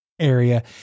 area